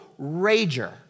rager